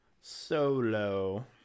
Solo